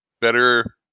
better